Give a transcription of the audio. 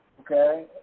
okay